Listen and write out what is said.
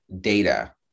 data